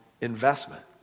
investment